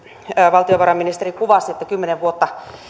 valtiovarainministeri kuvasi kymmenen vuotta